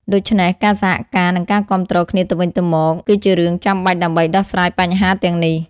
ដូច្នេះ ការសហការនិងការគាំទ្រគ្នាទៅវិញទៅមកគឺជារឿងចាំបាច់ដើម្បីដោះស្រាយបញ្ហាទាំងនេះ។